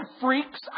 freaks